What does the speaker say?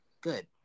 good